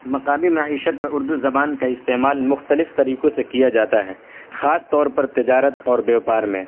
مقامی معیشت میں اردو زبان کا استعمال مختلف طریقوں سے کیا جاتا ہے خاص طور پر تجارت اور بیوپار میں